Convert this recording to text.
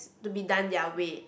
to be done their way